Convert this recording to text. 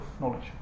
knowledge